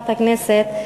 חברת הכנסת,